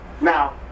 Now